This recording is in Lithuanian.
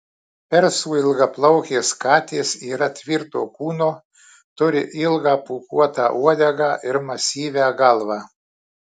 persų ilgaplaukės katės yra tvirto kūno turi ilgą pūkuotą uodegą ir masyvią galvą